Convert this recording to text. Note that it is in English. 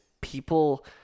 people